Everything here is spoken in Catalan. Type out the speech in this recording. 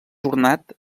ornat